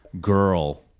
girl